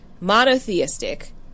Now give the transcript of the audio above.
Monotheistic